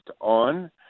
on